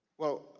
well,